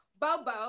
Bobo